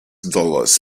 dollars